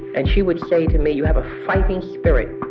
and she would say to me, you have a fighting spirit.